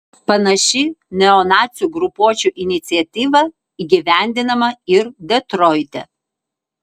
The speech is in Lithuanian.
panaši neonacių grupuočių iniciatyva įgyvendinama ir detroite